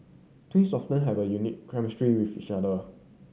twins often have a unique chemistry with each other